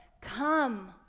Come